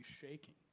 shaking